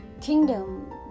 kingdom